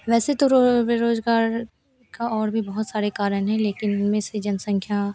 वैसे तो रो बेरोजगार का और भी बहुत सारे कारण हैं लेकिन इनमें से जनसँख्या